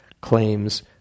claims